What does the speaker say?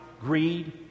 greed